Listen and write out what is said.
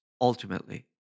ultimately